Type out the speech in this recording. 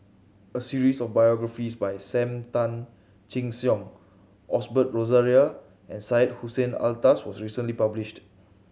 a series of biographies about Sam Tan Chin Siong Osbert Rozario and Syed Hussein Alatas was recently published